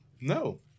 No